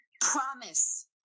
Promise